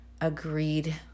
agreed